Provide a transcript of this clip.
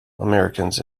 americans